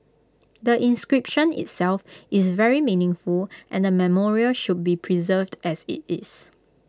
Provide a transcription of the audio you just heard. the inscription itself is very meaningful and the memorial should be preserved as IT is